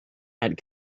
had